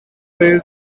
praised